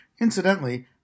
incidentally